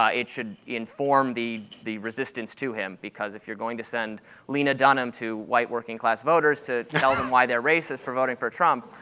um it should inform the the resistance to him because if you're going to send lena dunham to white working-class voters to to tell them why they're racist for voting for trump,